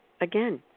again